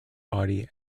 body